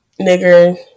Nigger